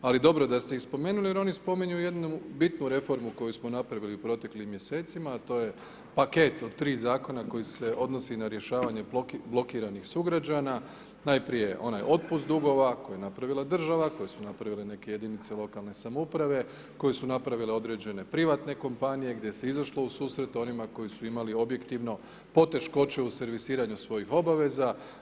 Ali dobro da ste ih spomenuli jer oni spominju jednu bitnu reformu koju smo napravili u proteklim mjesecima, a to je paket od 3 Zakona koji se odnosi na rješavanje blokiranih sugrađana, najprije onaj otpust dugova koje je napravila država, koje su napravili neke jedinice lokalne samouprave, koje su napravile određene privatne kompanije, gdje se izašlo u susret onima koji su imali objektivno poteškoće u servisiranju svojih obveza.